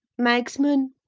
magsman,